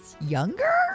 younger